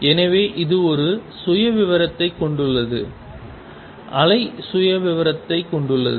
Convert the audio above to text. எனவே இது ஒரு சுயவிவரத்தைக் கொண்டுள்ளது அலை சுயவிவரத்தைக் கொண்டுள்ளது